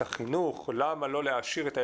החינוך או למה לא להעשיר את הילדים,